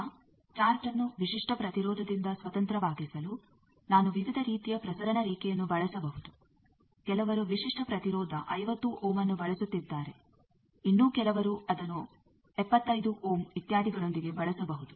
ಈಗ ಚಾರ್ಟ್ಅನ್ನು ವಿಶಿಷ್ಟ ಪ್ರತಿರೋಧದಿಂದ ಸ್ವತಂತ್ರವಾಗಿಸಲು ನಾನು ವಿವಿಧ ರೀತಿಯ ಪ್ರಸರಣ ರೇಖೆಯನ್ನು ಬಳಸಬಹುದು ಕೆಲವರು ವಿಶಿಷ್ಟ ಪ್ರತಿರೋಧ 50 ಓಮ್ಅನ್ನು ಬಳಸುತ್ತಿದ್ದಾರೆ ಇನ್ನೂ ಕೆಲವರು ಅದನ್ನು 75 ಓಮ್ಇತ್ಯಾದಿಗಳೊಂದಿಗೆ ಬಳಸಬಹುದು